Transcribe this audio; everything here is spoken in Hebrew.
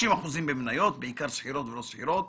30% במניות, בעיקר סחירות ולא סחירות.